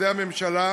שינוי התעריף למוצרי